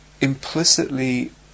implicitly